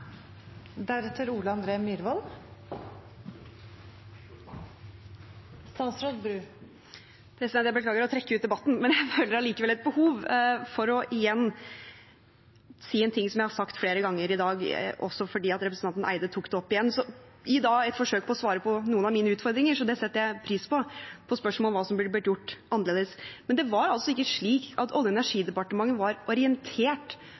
Jeg beklager å trekke ut debatten, men jeg føler allikevel et behov for igjen å si en ting som jeg har sagt flere ganger i dag, også fordi representanten Barth Eide tok det opp igjen i et forsøk på å svare på noen av mine utfordringer, det setter jeg pris på, på spørsmål om hva som burde blitt gjort annerledes. Det var altså ikke slik at Olje- og energidepartementet var orientert